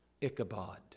Ichabod